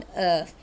earth